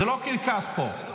זה לא קרקס פה.